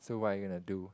do what I am going to do